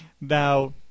now